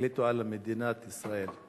החליטו על מדינת ישראל.